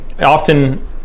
often